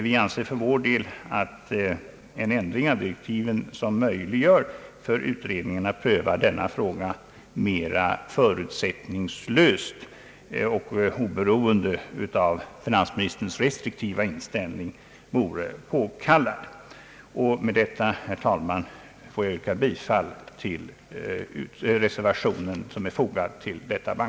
Vi anser att en ändring av direktiven som möjliggör för utredningen att pröva denna fråga mera förutsättningslöst och oberoende av finansministerns restriktiva inställning är påkallad. Med detta ber jag, herr talman, att få yrka bifall till reservationen.